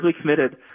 committed